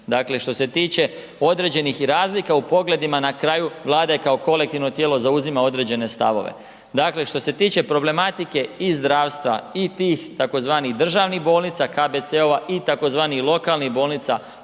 Dakle što se tiče određenih i razlika u pogledima na kraju Vlada kao kolektivno tijelo zauzima određene stavove. Dakle što se tiče problematike i zdravstva i tih tzv. državnih bolnica, KBC-ova i tzv. lokalnih bolnica,